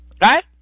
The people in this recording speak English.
Right